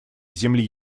земли